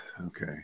Okay